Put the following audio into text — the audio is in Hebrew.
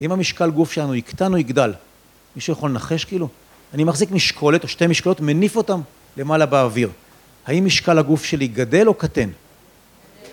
אם המשקל הגוף שלנו יקטן או יגדל, מישהו יכול לנחש כאילו? אני מחזיק משקולת או שתי משקולות, מניף אותן למעלה באוויר. האם משקל הגוף שלי גדל או קטן?